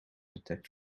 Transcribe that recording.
detect